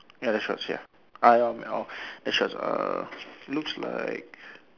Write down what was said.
ya that's what err looks like